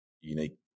unique